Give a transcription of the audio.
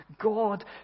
God